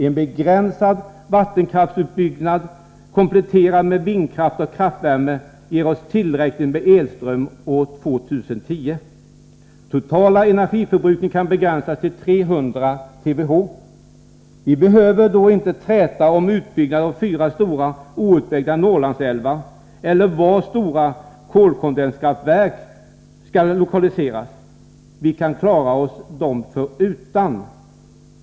En begränsad vattenkraftsutbyggnad, kompletterad med vindkraft och kraftvärme, ger oss tillräckligt med elström år 2010. —- Totala energiförbrukningen kan begränsas till ca 300 TWh. — Vi behöver inte träta om utbyggnad av de fyra stora outbyggda Norrlandsälvarna eller var stora kolkondenskraftverk skall lokaliseras. Vi klarar oss dem förutan.